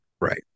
Right